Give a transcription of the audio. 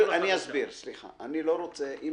אם עכשיו,